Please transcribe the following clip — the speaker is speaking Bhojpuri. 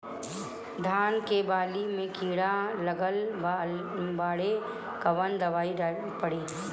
धान के बाली में कीड़ा लगल बाड़े कवन दवाई पड़ी?